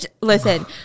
Listen